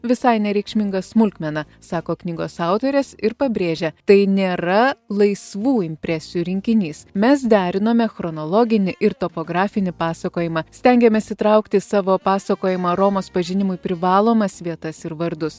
visai nereikšminga smulkmena sako knygos autorės ir pabrėžia tai nėra laisvų impresijų rinkinys mes derinome chronologinį ir topografinį pasakojimą stengiamės traukti į savo pasakojimą romos pažinimui privalomas vietas ir vardus